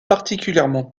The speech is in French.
particulièrement